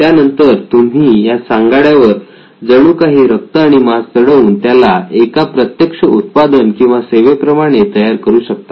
त्यानंतर तुम्ही या सांगाड्यावर जणूकाही रक्त आणि मांस चढवून त्याला एका प्रत्यक्ष उत्पादन किंवा सेवेप्रमाणे तयार करू शकता